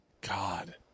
God